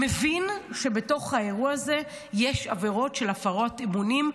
מבין שבתוך האירוע הזה יש עבירות של הפרת אמונים,